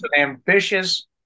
ambitious